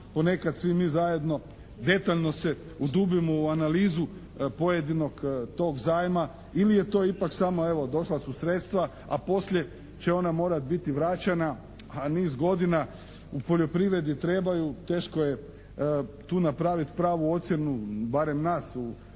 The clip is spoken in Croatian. ponekad svi mi zajedno detaljno se udubimo u analizu pojedinog tog zajma ili je to ipak samo evo došla su sredstva a poslije će ona morati biti vraćena a niz godina u poljoprivredi trebaju, teško je tu napraviti pravu ocjenu barem nas u hrvatskom